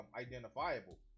identifiable